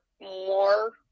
more